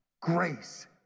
Grace